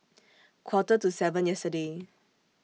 Quarter to seven yesterday